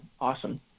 awesome